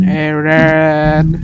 Aaron